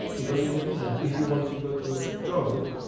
you don't need a visa. if you want to go to jordan,